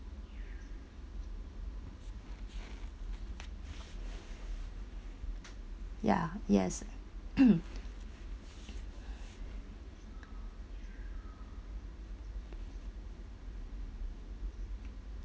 ya yes